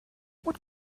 what